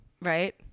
right